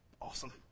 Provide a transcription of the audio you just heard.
awesome